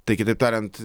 tai kitaip tariant